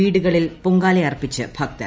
വീടുകളിൽ പൊങ്കാലയർപ്പിച്ച് ഭക്തർ